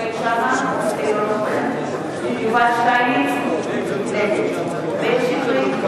אינו נוכח יובל שטייניץ, נגד מאיר שטרית,